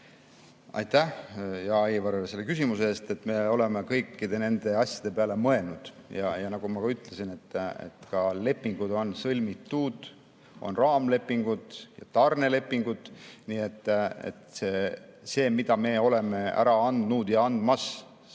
Aitäh, hea Aivar, selle küsimuse eest! Me oleme kõikide nende asjade peale mõelnud. Nagu ma ütlesin, ka lepingud on sõlmitud, on raamlepingud ja tarnelepingud. Nii et see, mis me oleme ära andnud ja mida oleme